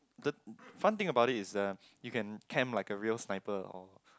the fun thing about it is the you can camp like a real sniper or